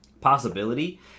possibility